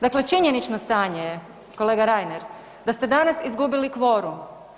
Dakle, činjenično stanje je kolega Reiner da ste danas izgubili kvorum.